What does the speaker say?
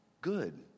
good